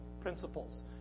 principles